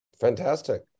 Fantastic